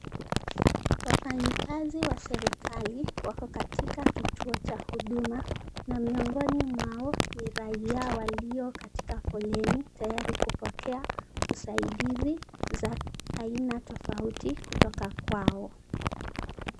Wafanyikazi wa serikali wako katika kituo cha Huduma na miongoni mwao ni raia walio katika foleni tayari kupokea usandizi za aina tofauti kutoka kwao.